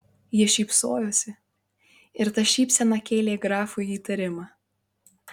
ji šypsojosi ir ta šypsena kėlė grafui įtarimą